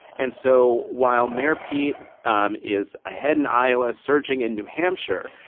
and so while mayor pete um is ahead in iowa, surging in new hampshire,